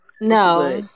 no